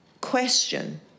question